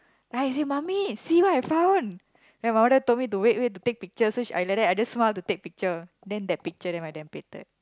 then I say mummy see what I found then my mother told me to wait wait to take picture so she I like that I just smile to take picture then that picture then my dad painted